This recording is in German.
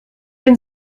bin